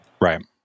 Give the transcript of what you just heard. right